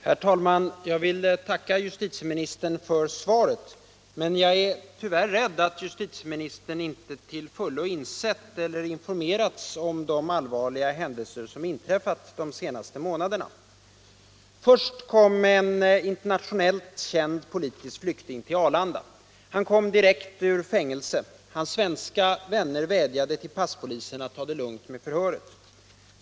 Herr talman! Jag vill tacka justitieministern för svaret. Tyvärr är jag rädd för att justitieministern inte till fullo insett eller informerats om de allvarliga händelser som inträffat under de senaste månaderna. Först kom en ipternationellt känd politisk flykting till Arlanda. Han kom direkt från fängelset. Hans svenska vänner vädjade till passpolisen att ta det lugnt med förhöret.